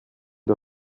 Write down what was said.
der